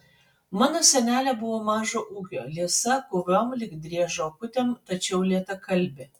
mano senelė buvo mažo ūgio liesa guviom lyg driežo akutėm tačiau lėtakalbė